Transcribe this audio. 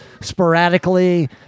sporadically